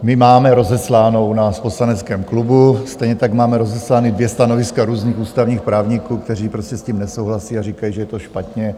My máme rozesláno na poslaneckém klubu, stejně tak máme rozeslána dvě stanoviska různých ústavních právníků, kteří s tím prostě nesouhlasí a říkají, že je to špatně.